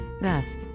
Thus